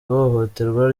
ihohoterwa